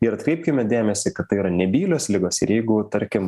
ir atkreipkime dėmesį kad tai yra nebylios ligos ir jeigu tarkim